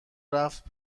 رفت